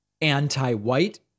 anti-white